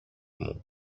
μου